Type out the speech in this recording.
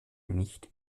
nicht